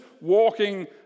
walking